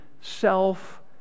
self